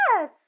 yes